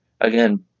again